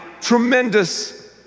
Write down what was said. tremendous